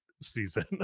season